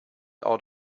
out